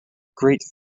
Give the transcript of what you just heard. great